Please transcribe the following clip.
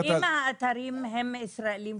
אם האתרים הם ישראליים,